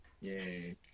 Yay